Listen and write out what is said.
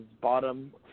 bottom